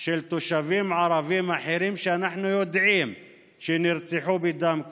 של תושבים ערבים אחרים שאנחנו יודעים שנרצחו בדם קר,